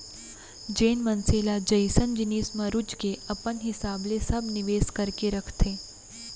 जेन मनसे ल जइसन जिनिस म रुचगे अपन हिसाब ले सब निवेस करके रखथे